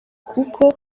kuko